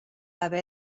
haver